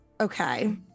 Okay